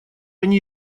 они